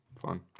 fun